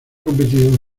competición